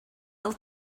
fel